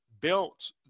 built